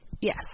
Yes